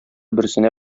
берсенә